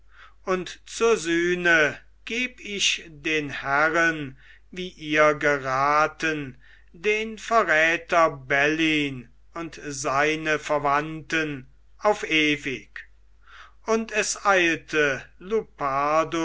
und zur sühne geb ich den herren wie ihr geraten den verräter bellyn und seine verwandten auf ewig und es eilte